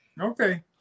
Okay